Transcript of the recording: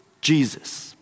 Jesus